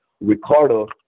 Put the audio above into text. Ricardo